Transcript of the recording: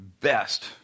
best